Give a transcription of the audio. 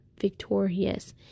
victorious